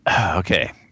Okay